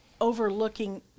overlooking